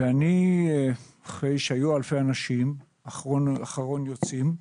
אחרי שהיו אלפי אנשים, אחרון היוצאים,